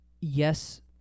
yes